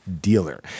dealer